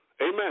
Amen